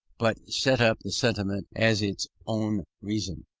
but set up the sentiment as its own reason.